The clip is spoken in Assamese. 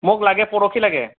মোক লাগে পৰহি লাগে